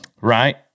right